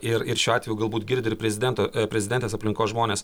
ir ir šiuo atveju galbūt girdi ir prezidento prezidentės aplinkos žmonės